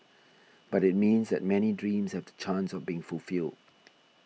but it means that many dreams have the chance of being fulfilled